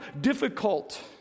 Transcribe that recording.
difficult